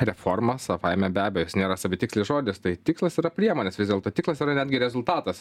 reforma savaime be abejo jis nėra savitikslis žodis tai tikslas yra priemonės vis dėlto tikslas yra netgi rezultatas